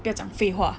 不要讲废话